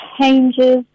changes